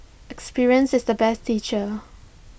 experience is the best teacher